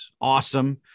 awesome